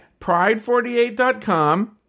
pride48.com